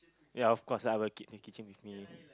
ya of course I will keep the kitchen with me